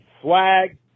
Swag